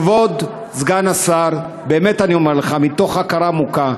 כבוד סגן השר, באמת אני אומר לך, מתוך הכרה עמוקה,